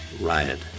Riot